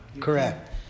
Correct